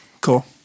Cool